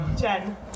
Jen